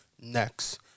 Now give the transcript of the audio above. next